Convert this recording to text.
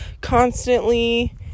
constantly